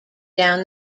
down